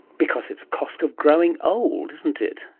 because it's a cost of growing old, isn't it.